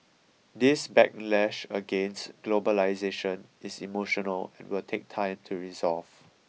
this backlash against globalisation is emotional and will take time to resolve